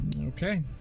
Okay